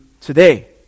today